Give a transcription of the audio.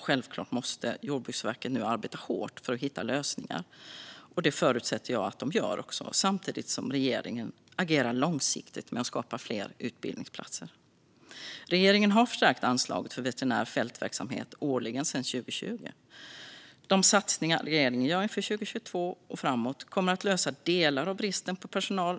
Självklart måste Jordbruksverket nu arbeta hårt för att hitta lösningar. Det förutsätter jag att det gör också, samtidigt som regeringen agerar långsiktigt med att skapa fler utbildningsplatser. Regeringen har förstärkt anslaget för veterinär fältverksamhet årligen sedan 2020. De satsningar regeringen gör inför 2022 och framåt kommer att lösa delar av bristen på personal.